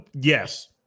Yes